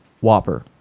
Whopper